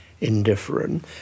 indifferent